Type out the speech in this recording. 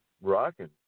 rocking